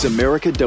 America